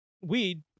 weed